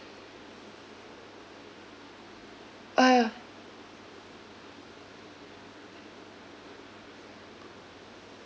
ah ya